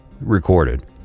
recorded